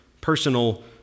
personal